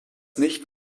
nicht